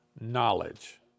knowledge